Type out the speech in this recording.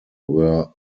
were